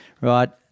right